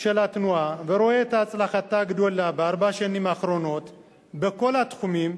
של התנועה ורואה את הצלחתה הגדולה בארבע השנים האחרונות בכל התחומים.